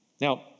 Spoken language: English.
Now